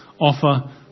Offer